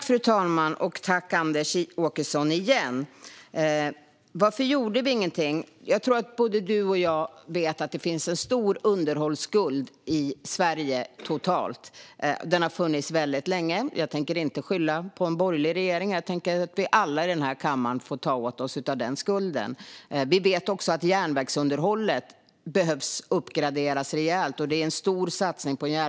Fru talman! Tack, Anders Åkesson, igen! Varför gjorde vi ingenting? Jag tror att både du och jag vet att det finns en stor underhållsskuld i Sverige totalt. Den har funnits väldigt länge. Jag tänker inte skylla på en borgerlig regering. Jag tycker att vi alla i den här kammaren får ta på oss den skulden. Vi vet också att järnvägsunderhållet behöver uppgraderas rejält, och det är en stor satsning.